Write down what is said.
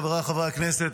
חבריי חברי הכנסת,